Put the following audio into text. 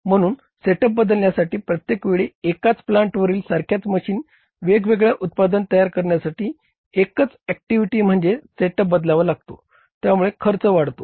म्हणून सेटअप बदलण्यासाठी प्रत्येक वेळी एकाच प्लांटवरील सारख्याच मशीनवर वेगवेगळे उत्पादन तयार करण्यासाठी एकच ऍक्टिव्हिटी म्हणजे सेटअप बदलावा लागतो त्यामुळे खर्च वाढतो